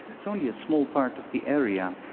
it's only a small part of the area.